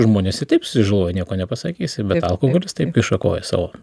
žmonės ir taip susižaloja nieko nepasakysi bet alkoholis taip kiša koją savo